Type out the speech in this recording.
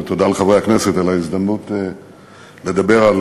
ותודה לחברי הכנסת על ההזדמנות לדבר על